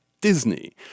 disney